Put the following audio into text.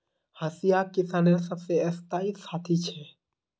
हंसिया किसानेर सबसे स्थाई साथी छे